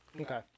Okay